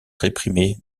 réprimée